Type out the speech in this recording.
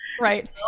Right